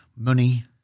Money